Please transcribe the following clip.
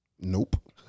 Nope